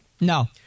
No